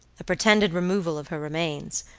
a pretended removal of her remains,